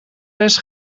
best